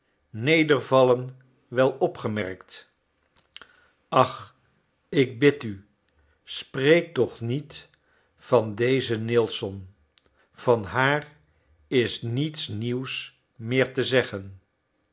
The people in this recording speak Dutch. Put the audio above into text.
nedervallen wel opgemerkt ach ik bid u spreek toch niet van dezen nilson van haar is niets nieuws meer te zeggen